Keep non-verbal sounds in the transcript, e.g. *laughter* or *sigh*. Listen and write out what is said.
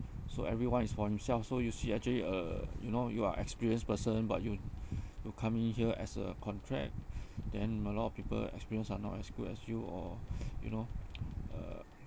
so everyone is for himself so you see actually uh you know you are experienced person but you *breath* you coming here as a contract *breath* then maybe a lot of people experience are not as good as you or *breath* you know *noise* uh